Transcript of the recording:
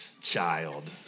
child